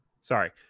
sorry